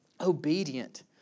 obedient